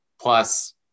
Plus